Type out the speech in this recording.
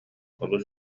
олус